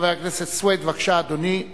חבר הכנסת סוייד, בבקשה, אדוני.